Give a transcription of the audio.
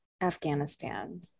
Afghanistan